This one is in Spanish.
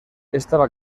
estaba